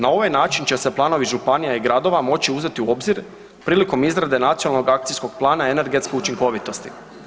Na ovaj način će se planovi županija i gradova moći uzeti u obzir prilikom izrade Nacionalnog akcijskog plana energetske učinkovitosti.